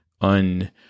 un